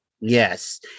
Yes